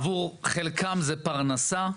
עבור חלקם זה פרנסה,